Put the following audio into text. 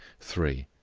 three.